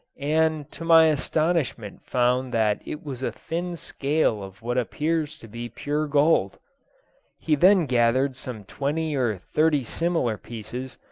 and to my astonishment found that it was a thin scale of what appears to be pure gold he then gathered some twenty or thirty similar pieces,